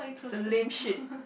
slim shit